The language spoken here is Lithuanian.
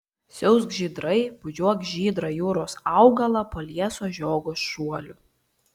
siausk žydrai bučiuok žydrą jūros augalą po lieso žiogo šuoliu